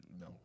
no